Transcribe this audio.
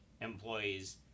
employees